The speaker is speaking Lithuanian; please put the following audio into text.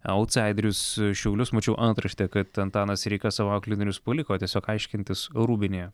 autsaiderius šiaulius mačiau antraštę kad antanas sireika savo auklėtinius paliko tiesiog aiškintis rūbinėje